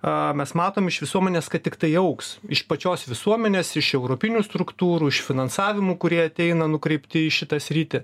a mes matom iš visuomenės kad tiktai augs iš pačios visuomenės iš europinių struktūrų iš finansavimų kurie ateina nukreipti į šitą sritį